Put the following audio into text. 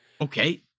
Okay